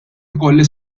ikolli